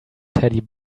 teddy